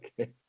okay